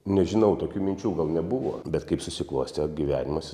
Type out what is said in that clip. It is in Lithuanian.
nežinau tokių minčių gal nebuvo bet kaip susiklostė gyvenimas